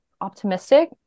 optimistic